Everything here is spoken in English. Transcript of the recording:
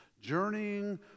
journeying